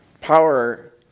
power